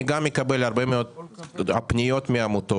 אני גם מקבל הרבה מאוד פניות מעמותות.